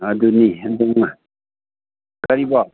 ꯑꯗꯨꯅꯤ ꯑꯗꯨꯅ ꯀꯔꯤꯕꯣ